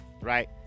right